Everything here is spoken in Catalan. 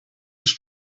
els